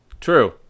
true